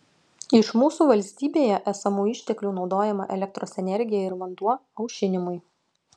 iš mūsų valstybėje esamų išteklių naudojama elektros energija ir vanduo aušinimui